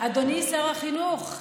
אדוני שר החינוך,